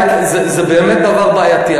זה באמת דבר בעייתי.